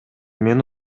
мен